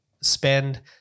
spend